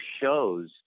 shows